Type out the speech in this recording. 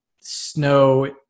Snow